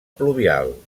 pluvial